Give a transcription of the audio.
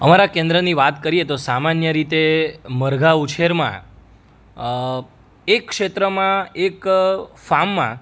અમારા કેન્દ્રની વાત કરીએ તો સામાન્ય રીતે મરઘા ઉછેરમાં એક ક્ષેત્રમાં એક ફાર્મમાં